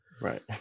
Right